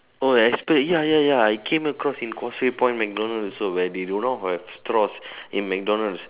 oh they expect ya ya ya it came across in causeway point McDonalds also where they do not have straws in McDonalds